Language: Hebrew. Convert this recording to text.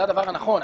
שזה הדבר הנכון,